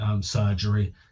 surgery